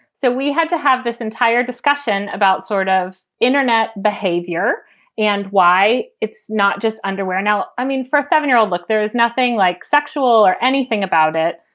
so we had to have this entire discussion about sort of internet behavior and why it's not just underwear now. i mean, for a seven year old, look, there is nothing like sexual or anything about it.